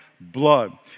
blood